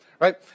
right